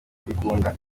kubikunda